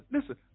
listen